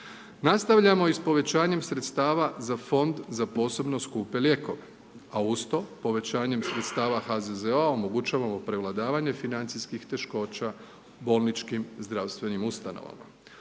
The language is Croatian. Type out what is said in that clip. Nastavljamo i sa povećanjem sredstava za Fond za posebno skupe lijekove a uz to povećanjem sredstava HZZO-a omogućavamo prevladavanje financijskih teškoća bolničkim zdravstvenim ustanovama.